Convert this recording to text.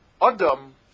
Adam